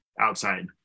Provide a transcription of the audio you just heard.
Outside